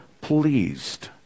pleased